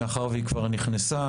מאחר שהיא כבר נכנסה,